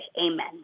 amen